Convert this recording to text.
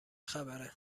خبره